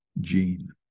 gene